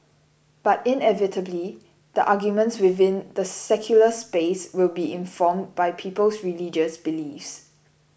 but inevitably the arguments within the secular space will be informed by people's religious beliefs